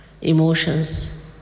emotions